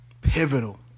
Pivotal